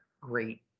great